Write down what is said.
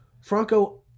Franco